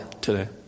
today